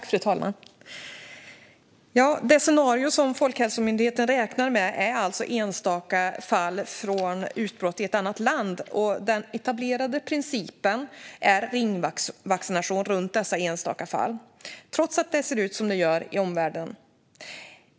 Fru talman! Det scenario som Folkhälsomyndigheten räknar med är alltså enstaka fall från utbrott i ett annat land, och den etablerade principen är ringvaccination runt dessa enstaka fall - trots att det ser ut som det gör i omvärlden.